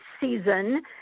season